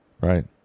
Right